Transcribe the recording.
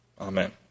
Amen